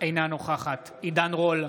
אינה נוכחת עידן רול,